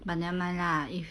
but never mind lah if